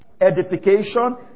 Edification